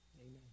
Amen